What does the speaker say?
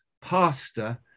pastor